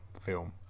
film